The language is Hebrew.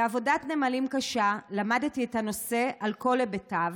בעבודת נמלים קשה למדתי את הנושא על כל היבטיו,